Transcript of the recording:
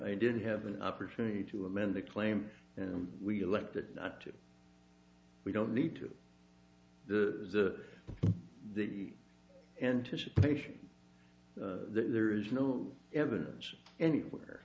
i did have an opportunity to amend the claim and we elected not to we don't need to the the anticipation that there is no evidence anywhere